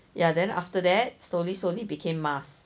ya then after that slowly slowly became mask